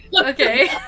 Okay